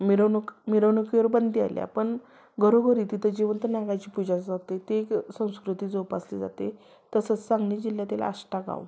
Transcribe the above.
मिरवणूक मिरवणुकीवर बंदी आली आहे पण घरोघरी तिथं जिवंत नागाची पूजा जाते ते एक संस्कृती जोपासली जाते तसंच सांगली जिल्ह्यातील आष्टा गाव